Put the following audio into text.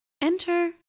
Enter